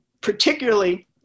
particularly